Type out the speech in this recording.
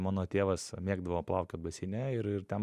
mano tėvas mėgdavo plaukiot baseine ir ir ten